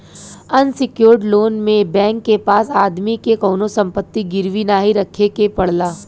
unsecured loan में bank के पास आदमी के कउनो संपत्ति गिरवी नाहीं रखे के पड़ला